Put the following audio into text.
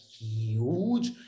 huge